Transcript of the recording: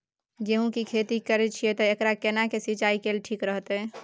गेहूं की खेती करे छिये ते एकरा केना के सिंचाई कैल ठीक रहते?